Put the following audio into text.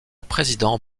président